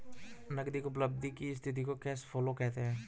नगदी की उपलब्धि की स्थिति को कैश फ्लो कहते हैं